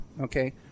Okay